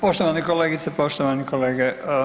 Poštovane kolegice, poštovani kolege.